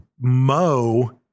Mo